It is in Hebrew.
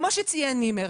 כמו שציין נימר,